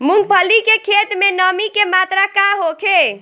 मूँगफली के खेत में नमी के मात्रा का होखे?